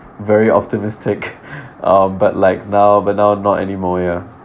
very optimistic um but like now but now not anymore ya